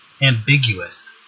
ambiguous